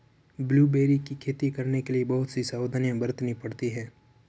blueberry की खेती करने के लिए बहुत सी सावधानियां बरतनी पड़ती है